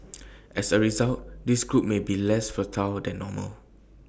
as A result this group may be less fertile than normal